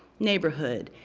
neighborhood,